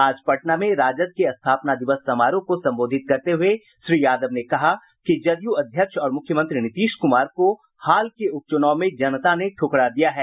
आज पटना में राजद के स्थापना दिवस समारोह को संबोधित करते हुए श्री यादव ने कहा कि जदयू अध्यक्ष और मुख्यमंत्री नीतीश कुमार को हाल के उपचुनाव में जनता ने ठुकरा दिया है